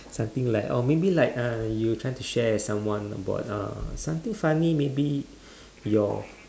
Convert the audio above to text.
something like oh maybe like uh you trying to share with someone about uh something funny maybe your